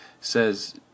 says